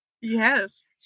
Yes